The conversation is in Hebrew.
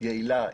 יעילה,